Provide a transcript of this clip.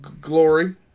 Glory